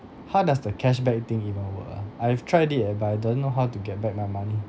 how does the cashback thing even work ah I've tried it ah but I don't know how to get back my money